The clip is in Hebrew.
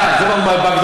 תודה רבה.